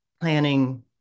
planning